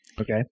Okay